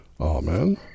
Amen